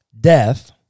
Death